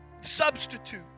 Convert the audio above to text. Substitute